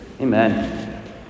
Amen